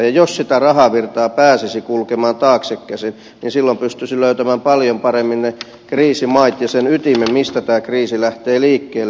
jos sitä rahavirtaa pääsisi kulkemaan taaksekäsin silloin pystyisi löytämään paljon paremmin ne kriisimaat ja sen ytimen mistä tämä kriisi lähtee liikkeelle